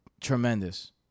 tremendous